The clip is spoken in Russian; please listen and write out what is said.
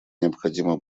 необходимо